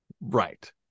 Right